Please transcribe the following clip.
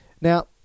Now